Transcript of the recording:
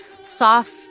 soft